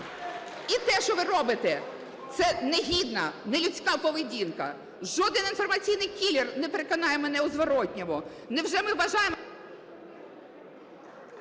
І те, що ви робите, це негідна, нелюдська поведінка. Жоден інформаційний кілер не переконає мене у зворотному.